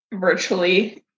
virtually